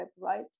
right